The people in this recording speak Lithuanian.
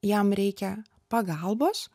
jam reikia pagalbos